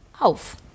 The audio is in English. auf